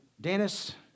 Dennis